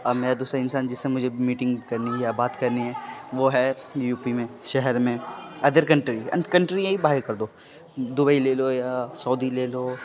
اب میرا دوسرا انسان جس سے مجھے میٹنگ کرنی ہے یا بات کرنی ہے وہ ہے یو پی میں شہر میں ادر کنٹری کنٹری ہی باہر کر دو دبئی لے لو یا سعودی لے لو